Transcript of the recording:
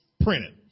printed